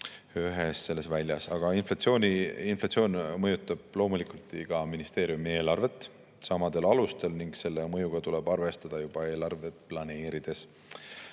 ühes [info]väljas. Aga inflatsioon mõjutab loomulikult iga ministeeriumi eelarvet samadel alustel ning selle mõjuga tuleb arvestada juba eelarvet planeerides.